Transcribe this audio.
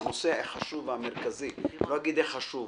הנושא החשוב והמרכזי לא אגיד החשוב,